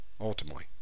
ultimately